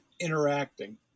interacting